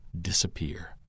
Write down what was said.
disappear